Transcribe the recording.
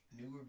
Newer